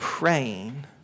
praying